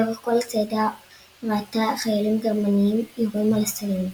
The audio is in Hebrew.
לאורך כל הצעדה ראתה חיילים גרמנים יורים על אסירים.